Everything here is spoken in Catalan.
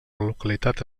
localitat